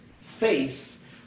faith